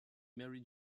mary